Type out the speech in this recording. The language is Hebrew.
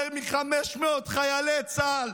יותר מ-500 חיילי צה"ל,